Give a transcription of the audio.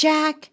Jack